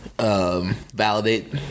Validate